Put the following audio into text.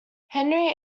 henry